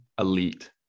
elite